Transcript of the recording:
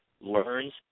learns